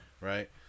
Right